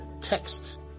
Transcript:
text